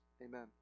Amen